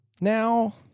now